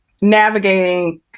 navigating